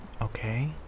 Okay